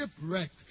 shipwrecked